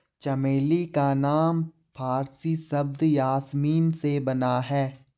चमेली का नाम फारसी शब्द यासमीन से बना है